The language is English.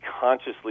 consciously